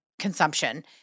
consumption